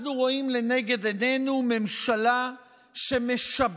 אנחנו רואים לנגד עינינו ממשלה שמשבשת